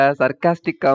sarcastic